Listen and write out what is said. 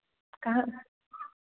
कहाँ